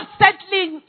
settling